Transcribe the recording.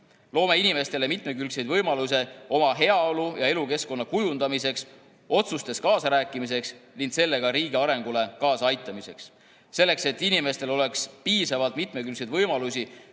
Loome inimestele mitmekülgsed võimalused oma heaolu ja elukeskkonna kujundamiseks, otsustes kaasarääkimiseks ning sellega riigi arengule kaasa aitamiseks. Selleks, et inimestel oleks piisavalt mitmekülgseid võimalusi